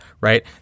right